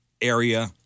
area